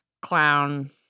clown